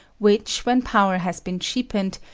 which, when power has been cheapened,